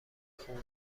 خوبه